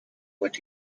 what